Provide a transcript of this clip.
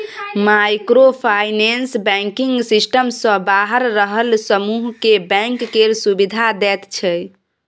micro finance banking system सँ बाहर रहल समुह केँ बैंक केर सुविधा दैत छै